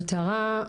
במטרה,